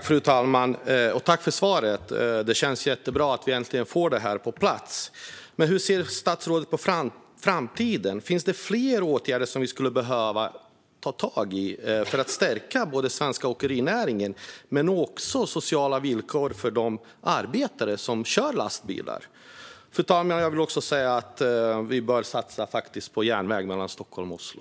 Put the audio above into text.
Fru talman! Jag tackar för svaret. Det känns jättebra att vi äntligen får nya regler på plats. Men hur ser statsrådet på framtiden? Är det fler åtgärder som vi skulle behöva för att stärka den svenska åkerinäringen men också sociala villkor för de arbetare som kör lastbilar? Fru talman! Jag vill också säga att vi bör satsa på järnväg mellan Stockholm och Oslo.